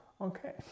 Okay